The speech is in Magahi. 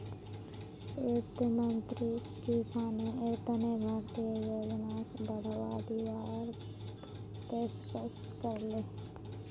वित्त मंत्रीक किसानेर तने भारतीय योजनाक बढ़ावा दीवार पेशकस करले